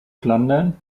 flandern